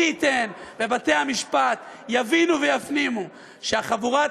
מי ייתן ובתי-המשפט יבינו ויפנימו שחבורת